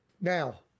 Now